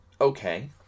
okay